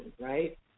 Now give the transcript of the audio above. right